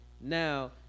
Now